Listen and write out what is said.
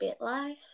BitLife